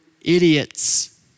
idiots